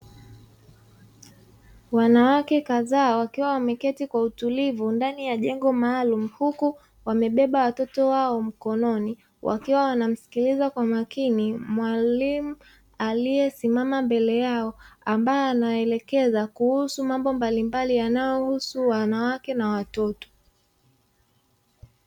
Wanawake kadhaa wakiwa wameketi kwa utulivu ndani ya jengo maalumu, huku wamebeba watoto wao mkononi wakiwa wanamsikiliza kwa makini mwalimu aliyesimama mbele yao, ambaye anaelekeza kuhusu mambo mbalimbali yanayohusu wanawake na watoto.